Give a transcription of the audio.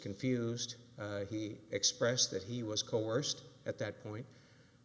confused he expressed that he was coerced at that point